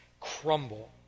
crumble